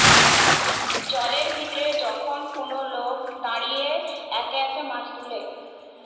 জলের ভিতরে যখন কোন লোক দাঁড়িয়ে একে একে মাছ তুলে